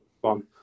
one